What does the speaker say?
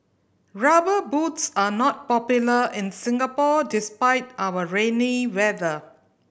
Rubber Boots are not popular in Singapore despite our rainy weather